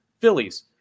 Phillies